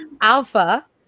Alpha